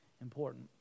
important